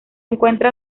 encuentra